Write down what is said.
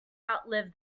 outlive